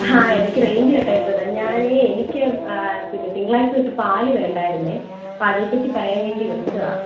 ഹാ ഇടക്ക് range cut ആയിപ്പോയതാണ് ഞാൻ എനിക്ക് പിന്നെ തിങ്കളാഴ്ച തൊട്ട് പാൽ വേണ്ടായിരുന്നു അപ്പോൾ അതേ പറ്റി പറയാൻ വേണ്ടി വിളിച്ചതാണ്